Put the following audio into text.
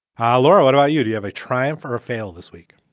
hi, laura. what are you to have a trial for a fail this week?